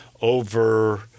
over